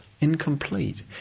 incomplete